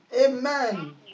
Amen